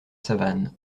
savane